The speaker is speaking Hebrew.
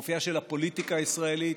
אופייה של הפוליטיקה הישראלית,